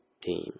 Team